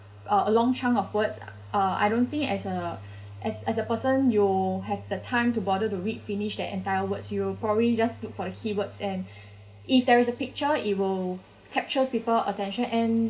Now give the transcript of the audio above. a long chunk of words uh I don't think as a as as a person you have the time to bother to read finish the entire words you probably just look for keywords and if there is a picture it will captures people attention and